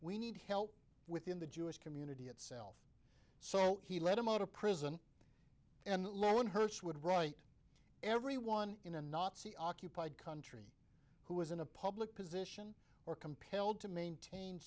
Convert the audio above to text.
we need help within the jewish community so he let him out of prison and loan which would right everyone in a nazi occupied country who was in a public position or compelled to maintain